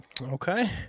okay